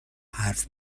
حرف